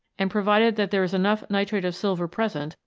and, provided that there is enough nitrate of silver present,